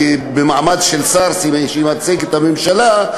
במעמד של שר שמייצג את הממשלה,